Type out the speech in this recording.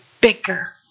bigger